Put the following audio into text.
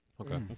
Okay